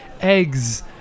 eggs